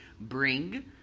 Bring